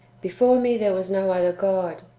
before me there was no other god,